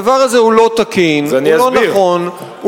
הדבר הזה הוא לא תקין, הוא לא נכון, אז אני אסביר.